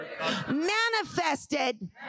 manifested